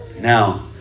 Now